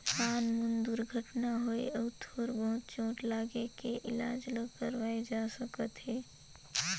नानमुन दुरघटना होए अउ थोर बहुत चोट लागे के इलाज ल करवाए जा सकत हे